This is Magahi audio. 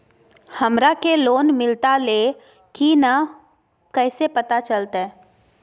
हमरा के लोन मिलता ले की न कैसे पता चलते?